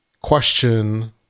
question